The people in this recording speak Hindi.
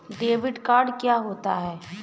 डेबिट कार्ड क्या होता है?